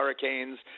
hurricanes